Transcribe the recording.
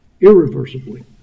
irreversibly